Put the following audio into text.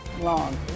Long